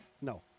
No